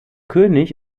könig